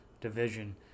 division